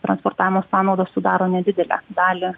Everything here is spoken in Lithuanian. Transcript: transportavimo sąnaudos sudaro nedidelę dalį